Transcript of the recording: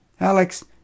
Alex